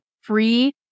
free